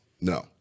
No